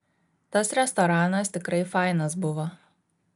tas restoranas tikrai fainas buvo